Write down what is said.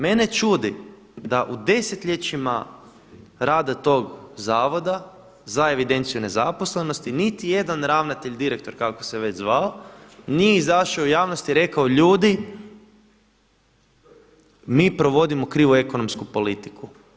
Mene čudi da u desetljećima rada tog zavoda za evidenciju nezaposlenosti, niti jedan ravnatelj, direktor, kako se već zvao nije izašao u javnosti i rekao ljudi mi provodimo krivu ekonomsku politiku.